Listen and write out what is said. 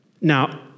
Now